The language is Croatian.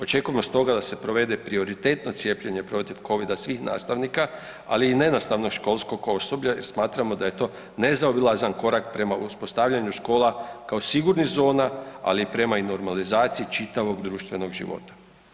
Očekujemo stoga da se provede prioritetno cijepljenje protiv Covida svih nastavnika, ali i nenastavnog školskog osoblja jer smatramo da je to nezaobilazan korak prema uspostavljanju škola kao sigurnih zona, ali i prema i normalizaciji čitavog društvenog života.